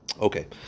Okay